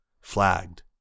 flagged